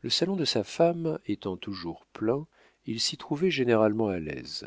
le salon de sa femme étant toujours plein il s'y trouvait généralement à l'aise